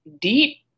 deep